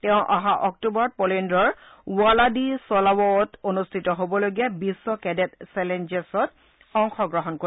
তেওঁ অহা অক্টোবৰত পোলেণ্ডৰ ৱালাদিচলাৰৰত অনুষ্ঠিত হ'বলগীয়া বিশ্ব কেডেট চেলেঞ্জেছত অংশগ্ৰহণ কৰিব